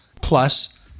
plus